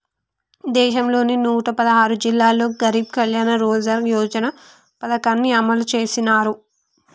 దేశంలోని నూట పదహారు జిల్లాల్లో గరీబ్ కళ్యాణ్ రోజ్గార్ యోజన పథకాన్ని అమలు చేసినారు